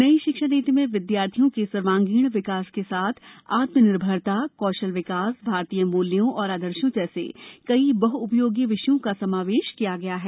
नई शिक्षा नीति में विद्यार्थियों के सर्वागीण विकास के साथ आत्मनिर्भरता कौशल विकास भारतीय मूल्यों और आदर्शों जैसे कई बहुउपयोगी विषयों का समावेश किया गया है